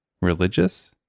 religious